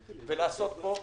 ולעשות פה,